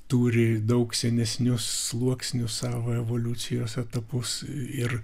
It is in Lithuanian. turi daug senesnius sluoksnius savo evoliucijos etapus ir